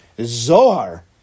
Zohar